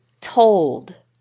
told